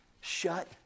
Shut